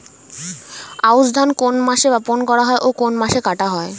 আউস ধান কোন মাসে বপন করা হয় ও কোন মাসে কাটা হয়?